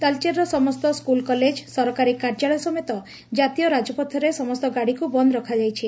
ତାଳଚେରର ସମସ୍ତ ସ୍କୁଲ୍କଲେଜ ସରକାରୀ କାର୍ଯ୍ୟାଳୟ ସମେତ ଜାତୀୟ ରାଜପଥରେ ସମସ୍ତ ଗାଡ଼ିକୁ ବନ୍ଦ କରାଯାଇଛି